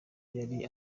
yari